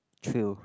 true